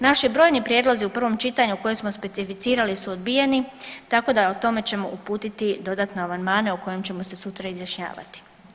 Naši brojni prijedlozi u prvom čitanju koje smo specificirali su odbijeni, tako da o tome ćemo uputiti dodatne amandmane o kojima ćemo se sutra izjašnjavati.